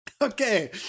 Okay